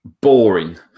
Boring